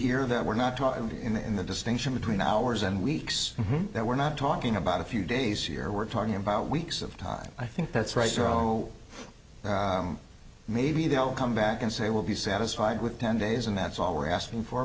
here that we're not talking to in the distinction between hours and weeks that we're not talking about a few days here we're talking about weeks of time i think that's right or oh maybe they'll come back and say we'll be satisfied with ten days and that's all we're asking for